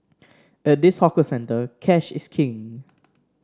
at this hawker centre cash is king